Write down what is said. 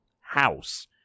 house